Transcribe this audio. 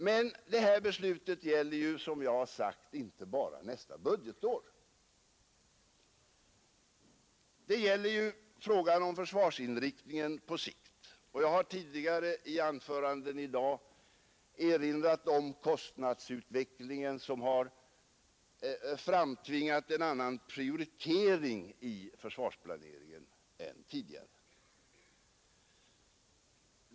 Men det här beslutet gäller ju, som jag har sagt, inte bara nästa budgetår, utan frågan om försvarsinriktningen på sikt. Jag har i tidigare anföranden i dag erinrat om kostnadsutvecklingen som har framtvingat en annan prioritering i försvarsplaneringen än hittills.